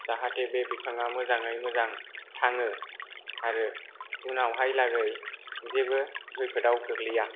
जाहाथे बे बिफांआ मोजाङै मोजां थाङो आरो उनाव हाय लागै जेबो खैफोदाव गोग्लैया